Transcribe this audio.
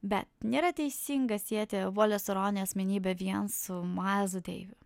bet nėra teisinga sieti voleso ronio asmenybę vien su mailzu deiviu